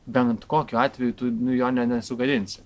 bent kokiu atveju tu jo ne nesugadinsi